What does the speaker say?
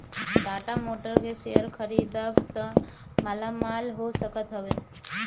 Tata motors के share खरीदबअ त मालामाल हो सकत हवअ